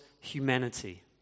humanity